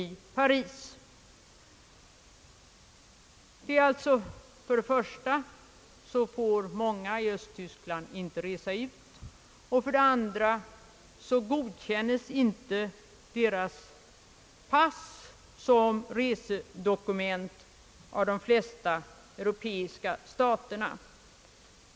För det första får alltså många i Östtyskland inte resa ut, och för det andra godkänns inte östtyskarnas pass som resedokument av de flesta europeiska staterna.